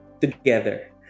together